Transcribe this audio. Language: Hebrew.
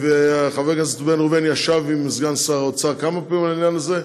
וחבר הכנסת בן ראובן ישב עם סגן שר האוצר כמה פעמים על העניין הזה.